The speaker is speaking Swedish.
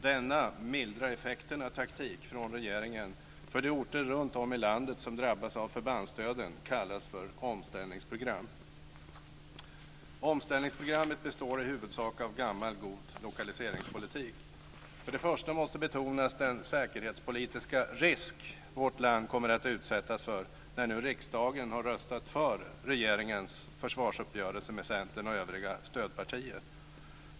Denna "mildra effekterna"-taktik från regeringen för de orter runtom i landet som drabbas av förbandsdöden kallas för omställningsprogram. Omställningsprogrammet består i huvudsak av gammal god lokaliseringspolitik. Först och främst måste betonas den säkerhetspolitiska risk vårt land kommer att utsättas för när nu riksdagen har röstat för regeringens försvarsuppgörelse med Centern och övriga stödpartier.